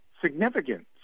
significant